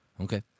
Okay